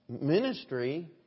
ministry